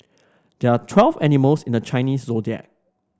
there are twelve animals in the Chinese Zodiac